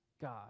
god